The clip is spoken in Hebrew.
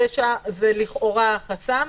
זה לכאורה חסם,